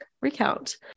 recount